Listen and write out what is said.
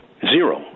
Zero